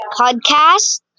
podcast